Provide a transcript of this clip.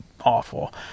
awful